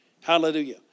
Hallelujah